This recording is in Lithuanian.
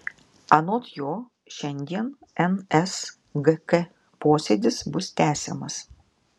anot jo šiandien nsgk posėdis bus tęsiamas